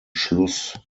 schluss